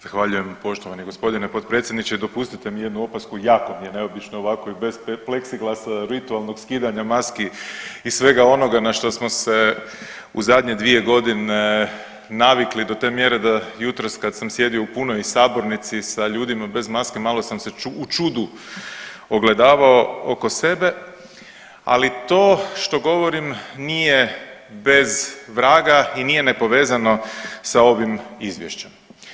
Zahvaljujem poštovani gospodine potpredsjedniče i dopustite mi jednu opasku jako mi je neobično ovako i bez pleksiglasa virtualnog skidanja maski i svega onoga na što smo se u zadnje 2 godine navikli do te mjere da jutros kad sam sjedio u punoj sabornici sa ljudima bez maske malo sam se u čudu ogledavao oko sebe, ali to što govorim nije bez vraga i nije nepovezano sa ovim izvješćem.